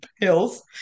pills